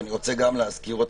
אני רוצה גם להזכיר אותם.